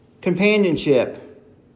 companionship